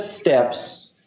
steps